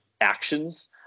actions